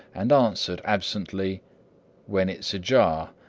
and answered, absently when it is ajar,